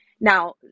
Now